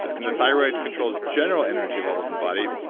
and the thyroid controls general energy levels in the body.